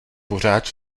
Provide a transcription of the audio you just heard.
pořád